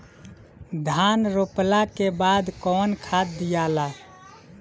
धान रोपला के बाद कौन खाद दियाला?